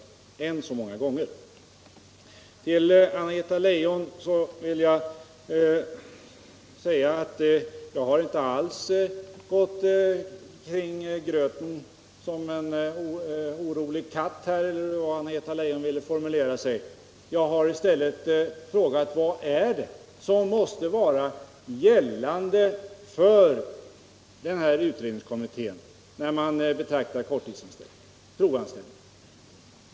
Sedan vill jag säga till Anna-Greta Leijon att jag inte alls har gått som katten kring het gröt — eller hur det nu var hon formulerade sig. Jag har i stället frågat vad som skall gälla för den här utredningskommittén när det gäller provanställning.